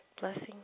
Blessing